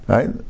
Right